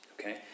okay